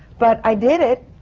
but i did it,